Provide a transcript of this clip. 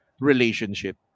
relationship